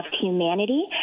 humanity